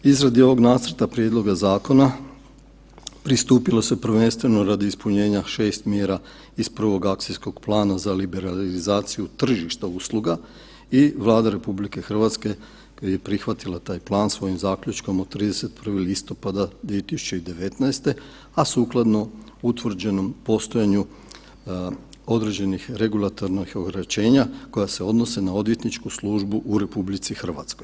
Izradi ovog nacrta prijedloga zakona pristupilo se prvenstveno radi ispunjenja 6 mjera iz prvog akcijskog plana za liberalizaciju tržišta usluga i Vlada RH je prihvatila taj plan svojim Zaključkom od 31. listopada 2019., a sukladno utvrđenom postojanju određenih regulatornih ograničenja koja se odnose na odvjetničku službu u RH.